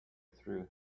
through